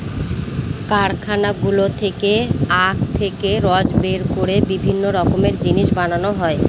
কারখানাগুলো থেকে আখ থেকে রস বের করে বিভিন্ন রকমের জিনিস বানানো হয়